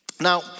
Now